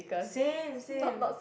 same same